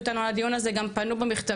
איתנו על הדיון הזה גם פנו במכתבים,